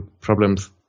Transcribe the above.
problems